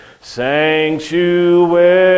sanctuary